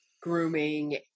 grooming